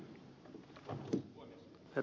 herra puhemies